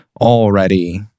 already